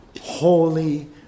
holy